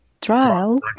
Trial